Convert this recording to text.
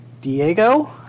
Diego